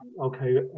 Okay